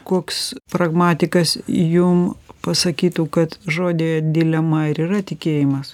koks pragmatikas jum pasakytų kad žodyje dilema ir yra tikėjimas